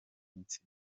iminsi